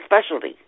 specialty